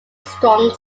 strong